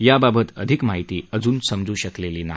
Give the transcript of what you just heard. याबाबत अधिक माहिती समजू शकली नाही